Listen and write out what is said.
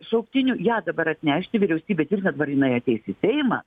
šauktinių ją dabar atnešti vyriausybė tvirtina dabar jinai ateis į seimą